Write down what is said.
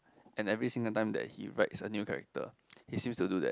and every single time that he writes a new character he's use to do that